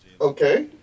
Okay